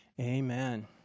Amen